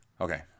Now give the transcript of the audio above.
Okay